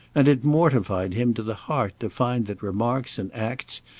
and it mortified him to the heart to find that remarks and acts,